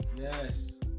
yes